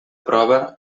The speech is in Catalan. prova